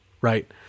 right